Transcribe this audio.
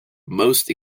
most